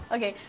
Okay